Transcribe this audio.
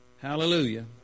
Hallelujah